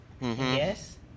Yes